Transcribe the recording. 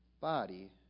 body